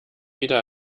wieder